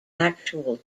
actual